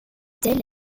tel